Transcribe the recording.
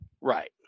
Right